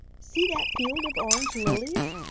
see that field of orange lilies.